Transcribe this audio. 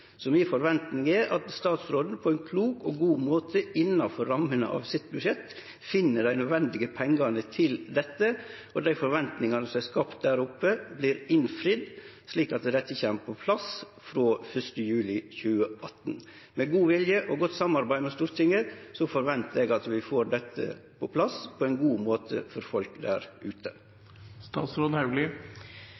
Mi forventing er at statsråden på ein klok og god måte, innanfor rammene av sitt budsjett, finn dei nødvendige pengane til dette slik at dei forventingane som er skapt der ute, vert innfridde, så dette kjem på plass frå 1. juli 2018. Med god vilje og godt samarbeid med Stortinget ventar eg at vi får dette på plass på ein god måte for folk der ute.